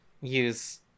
use